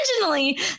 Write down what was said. originally